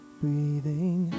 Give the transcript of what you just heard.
breathing